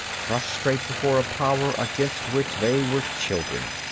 prostrate before a power against which they were children.